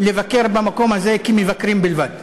לבקר במקום הזה כמבקרים בלבד.